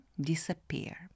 disappear